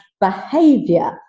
behavior